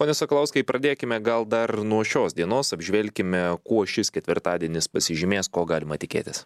pone sakalauskai pradėkime gal dar nuo šios dienos apžvelkime kuo šis ketvirtadienis pasižymės ko galima tikėtis